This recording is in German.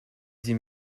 sie